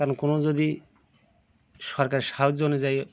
কারণ কোনো যদি সরকারের সাহায্য অনুযায়ী